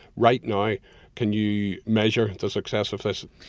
right now, can you measure the success of this?